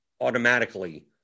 automatically